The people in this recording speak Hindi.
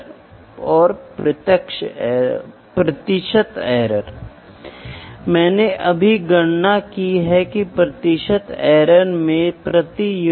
उदाहरण के लिए सुबह जब आप माप लेने की कोशिश करते हैं तो यह कुछ 10 प्रतिशत हो सकता है दोपहर में यह 40 प्रतिशत हो सकता है शाम में यह 8 प्रतिशत हो सकता है